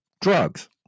drugs